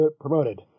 promoted